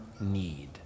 need